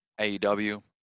AEW